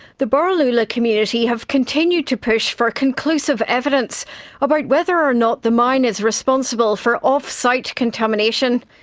the borroloola community have continued to push for conclusive evidence about whether or not the mine is responsible for offsite contamination.